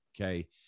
Okay